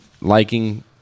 liking